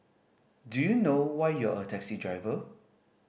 do you know why you're a taxi driver